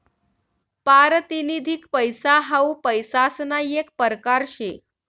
पारतिनिधिक पैसा हाऊ पैसासना येक परकार शे